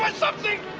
but something?